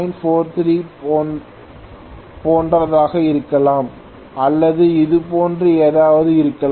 43 போன்றதாக இருக்கலாம் அல்லது அது போன்ற ஏதாவது இருக்கலாம்